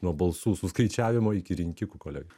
nuo balsų suskaičiavimo iki rinkikų kolegų